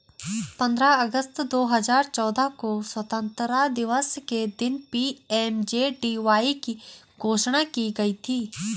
पंद्रह अगस्त दो हजार चौदह को स्वतंत्रता दिवस के दिन पी.एम.जे.डी.वाई की घोषणा की गई थी